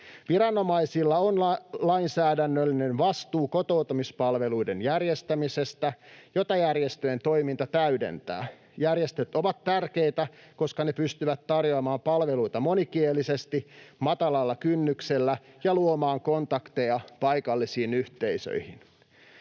Viranomaisilla on lainsäädännöllinen vastuu kotoutumispalveluiden järjestämisestä, jota järjestöjen toiminta täydentää. Järjestöt ovat tärkeitä, koska ne pystyvät tarjoamaan palveluita monikielisesti ja matalalla kynnyksellä ja luomaan kontakteja paikallisiin yhteisöihin.